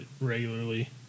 regularly